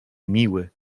miły